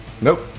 Nope